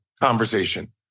conversation